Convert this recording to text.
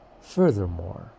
Furthermore